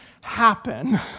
happen